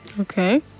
Okay